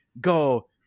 go